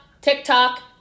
TikTok